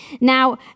Now